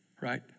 right